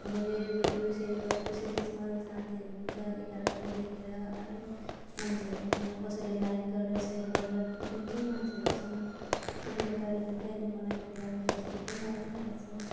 हामीले video share गरे पछि त्यसमा अब साथीहरू हुन्छ एक अर्काले देखेर अनेक मान्छेहरूको सम्म कसैले लाइक गरेर सेयर गरेर निकै मान्छेहरूको सम्म पुग्ने तरिका चाहिँ अहिले मलाई फिलहाल फेसबुकै लागिरहेको छ